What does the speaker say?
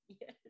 Yes